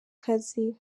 kazi